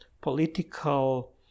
political